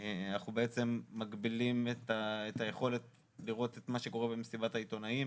אנחנו מגבילים את היכולת לראות את מה שקורה במסיבת העיתונאים.